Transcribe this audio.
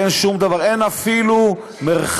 אין שום דבר, אין אפילו מרחב